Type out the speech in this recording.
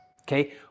okay